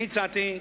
אני הצעתי,